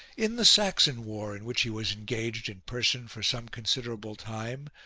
in the saxon war in which he was engaged in person for some considerable time,